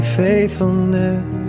faithfulness